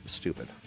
stupid